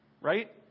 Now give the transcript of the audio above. right